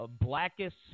blackest